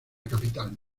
capital